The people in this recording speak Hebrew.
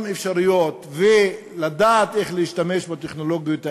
אפשרויות ולדעת איך להשתמש בטכנולוגיות האלה,